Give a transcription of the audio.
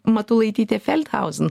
matulaitytė felthauzin